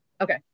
Okay